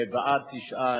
כותרת ההצעה